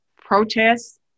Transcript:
protests